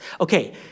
Okay